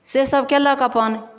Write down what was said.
से सब कयलक अपन